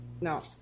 No